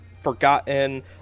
forgotten